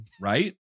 Right